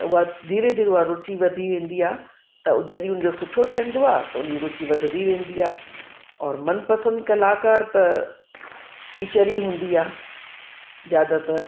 त उहा धीरे धीरे उहा रुचि वधी वेंदी आहे त जॾहिं उन जो सुठो ठहंदो आहे त उन ई रुचि वधंदी वेंदी आहे और मनपसंद कलाकार त टीचर ई हूंदी आहे ज़्यादातर